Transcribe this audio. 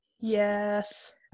Yes